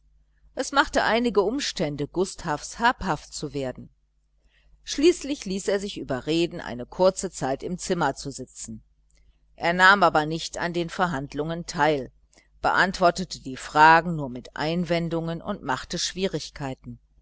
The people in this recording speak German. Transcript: es machte einige umstände gustavs habhaft zu werden schließlich ließ er sich überreden eine kurze zeit im zimmer zu sitzen er nahm aber nicht an den verhandlungen teil beantwortete die fragen nur mit einwendungen und machte schwierigkeiten